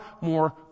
more